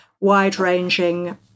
wide-ranging